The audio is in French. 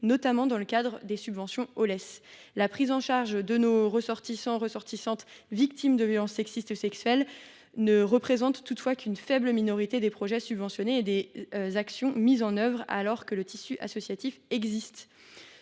notamment dans le cadre des subventions aux Oles. La prise en charge de nos ressortissants et de nos ressortissantes, victimes de violences sexistes et sexuelles, ne représente toutefois qu’une faible minorité des projets subventionnés et des actions mises en œuvre, alors que le tissu associatif existe.